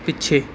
ਪਿੱਛੇ